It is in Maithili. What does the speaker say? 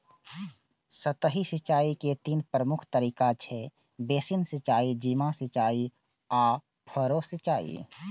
सतही सिंचाइ के तीन प्रमुख तरीका छै, बेसिन सिंचाइ, सीमा सिंचाइ आ फरो सिंचाइ